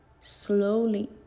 slowly